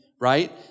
right